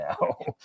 now